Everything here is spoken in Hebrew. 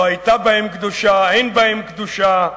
לא היתה בהם קדושה, אין בהם קדושה.